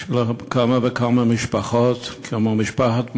של כמה וכמה משפחות, כמו משפחת מלמוד,